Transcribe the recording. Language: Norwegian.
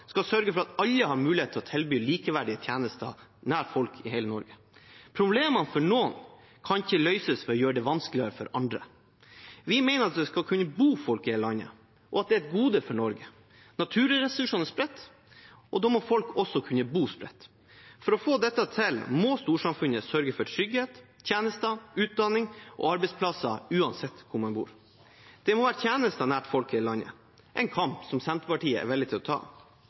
skal sørge for at alle har mulighet til å tilby likeverdige tjenester nær folk i hele Norge. Problemene for noen kan ikke løses ved å gjøre det vanskeligere for andre. Vi mener at det skal kunne bo folk i hele landet, og at det er et gode for Norge. Naturressursene er spredt. Da må folk også kunne bo spredt. For å få dette til må storsamfunnet sørge for trygghet, tjenester, utdanning og arbeidsplasser uansett hvor en bor. Det må være tjenester nær folk i hele landet – en kamp Senterpartiet er villig til å ta.